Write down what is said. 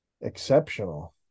exceptional